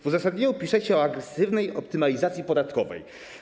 W uzasadnieniu piszecie o agresywnej optymalizacji podatkowej.